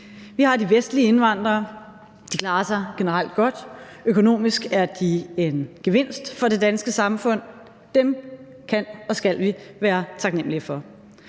Vi har de vestlige indvandrere. De klarer sig generelt godt. Økonomisk er de en gevinst for det danske samfund. Dem kan og skal vi være taknemlige for.